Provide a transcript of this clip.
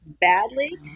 badly